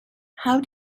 how